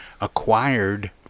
acquired